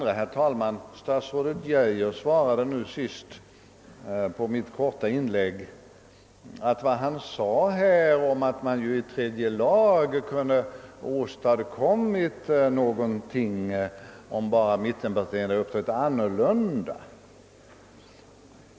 Statsrådet Geijer svarade nu senast på mitt korta inlägg, att vad han hade sagt var att man i tredje lagutskottet kunde ha åstadkommit någonting om bara mittenpartierna uppträtt annorlunda.